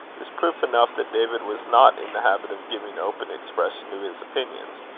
is proof enough that david was not in the habit of giving open expression to his opinions.